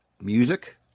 music –